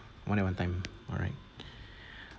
more than one time alright